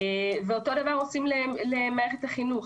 אותו דבר עושים במערכת החינוך,